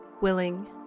willing